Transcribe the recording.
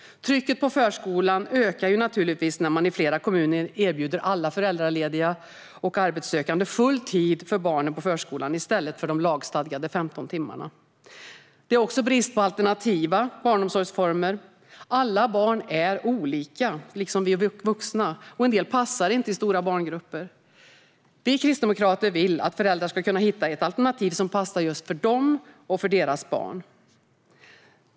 Trycket på förskolan ökar naturligtvis när man i flera kommuner erbjuder alla föräldralediga och arbetssökande full tid för barnen på förskolan, i stället för de lagstadgade 15 timmarna. Det råder också brist på alternativa barnomsorgsformer. Alla barn är olika, liksom vi vuxna, och en del passar inte i stora barngrupper. Vi kristdemokrater vill att föräldrar ska kunna hitta ett alternativ som passar just dem och deras barn.